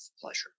pleasure